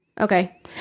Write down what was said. Okay